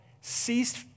ceased